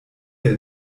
der